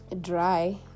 dry